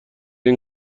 این